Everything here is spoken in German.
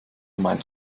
mein